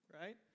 right